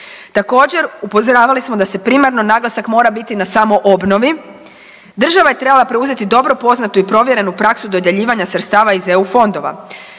Također upozoravali smo da primarno naglasak mora biti na samoj obnovi. Država je trebala preuzeti dobro poznatu i provjerenu praksu dodjeljivanja sredstava iz eu fondova.